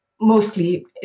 mostly